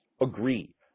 agree